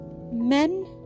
men